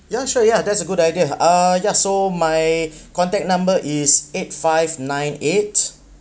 ya sure ya that's a good idea uh ya so my contact number is eight five nine eight